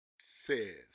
says